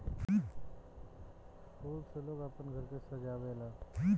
फूल से लोग आपन घर के सजावे ला